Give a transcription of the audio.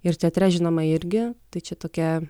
ir teatre žinoma irgi tai čia tokia